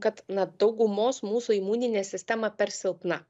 kad na daugumos mūsų imuninė sistema per silpna